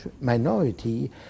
minority